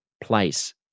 place